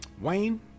Wayne